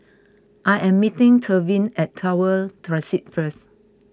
I am meeting Tevin at Tower first